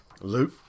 Luke